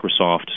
Microsoft